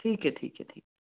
ठीक है ठीक है ठीक